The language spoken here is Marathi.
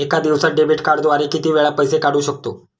एका दिवसांत डेबिट कार्डद्वारे किती वेळा पैसे काढू शकतो?